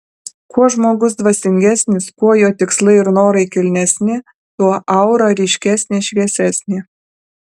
kuo žmogus dvasingesnis kuo jo tikslai ir norai kilnesni tuo aura ryškesnė šviesesnė